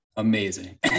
Amazing